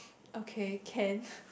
okay can